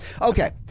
okay